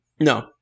no